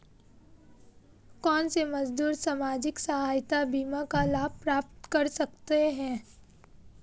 कौनसे मजदूर सामाजिक सहायता बीमा का लाभ प्राप्त कर सकते हैं?